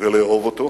ולאהוב אותו.